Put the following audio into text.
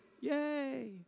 yay